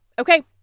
Okay